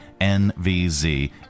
NVZ